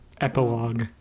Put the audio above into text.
Epilogue